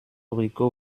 rico